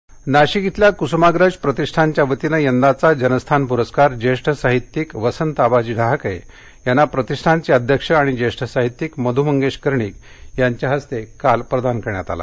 प्रस्कार नाशिक नाशिक इथल्या कुस्माग्रज प्रतिष्ठानच्या वतीनं यंदाचा जनस्थान पुरस्कार ज्येष्ठ साहित्यिक वसंत आबाजी डहाके यांना प्रतिष्ठानचे अध्यक्ष आणि ज्येष्ठ साहित्यिक मध् मंगेश कर्णिक यांच्या हस्ते काल प्रदान करण्यात आला